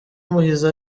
muhizi